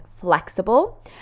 flexible